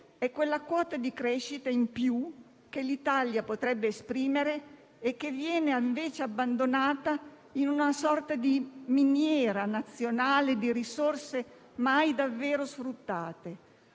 è quella quota di crescita in più che l'Italia potrebbe esprimere e che viene invece abbandonata in una sorta di miniera nazionale di risorse mai davvero sfruttate.